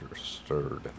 stirred